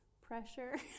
pressure